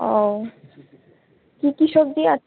ও কী কী সবজি আছে